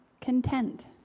content